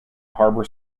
harbor